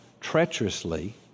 treacherously